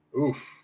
Oof